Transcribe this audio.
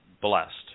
blessed